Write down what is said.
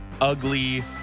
ugly